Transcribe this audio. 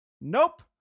Nope